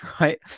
right